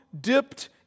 dipped